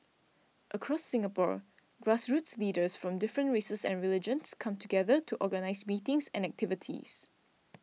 across Singapore grassroots leaders from different races and religions come together to organise meetings and activities